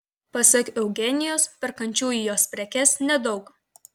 pasak eugenijos perkančiųjų jos prekes nedaug